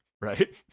Right